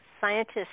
scientists